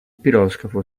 piroscafo